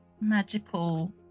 magical